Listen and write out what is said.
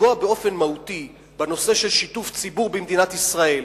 לפגוע באופן מהותי בנושא של שיתוף ציבור במדינת ישראל,